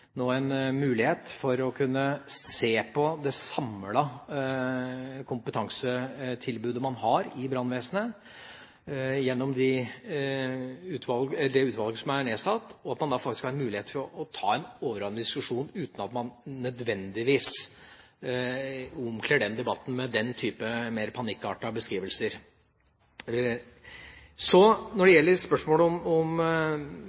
nå, gjennom det utvalget som er nedsatt, har en mulighet til å se på det samlede kompetansetilbudet man har i brannvesenet, og at man har en mulighet til å ta en overordnet diskusjon, uten at man nødvendigvis «omkler» den debatten med den type mer panikkartede beskrivelser. Når det gjelder spørsmålet om